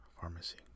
pharmacy